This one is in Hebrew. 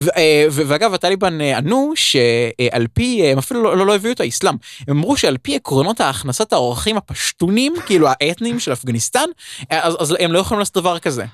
ואגב, הטליבאן ענו שעל פי, הם אפילו לא הביאו את האסלאם, הם אמרו שעל פי עקרונות ההכנסת האורחים הפשטונים, כאילו האתנים של אפגניסטן, אז הם לא יכולים לעשות דבר כזה.